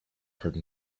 heard